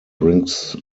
brings